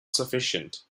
sufficient